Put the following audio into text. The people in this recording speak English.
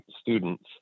students